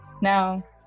Now